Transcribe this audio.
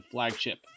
flagship